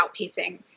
outpacing